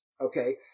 okay